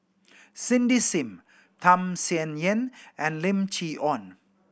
Cindy Sim Tham Sien Yen and Lim Chee Onn